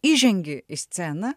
įžengi į sceną